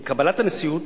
עם קבלת הנשיאות,